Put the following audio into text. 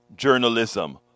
Journalism